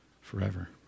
forever